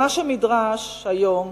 ומה שנדרש היום